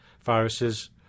viruses